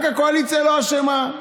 רק הקואליציה לא אשמה.